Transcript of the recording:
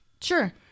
sure